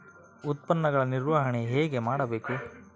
ಉತ್ಪನ್ನಗಳ ನಿರ್ವಹಣೆ ಹೇಗೆ ಮಾಡಬೇಕು?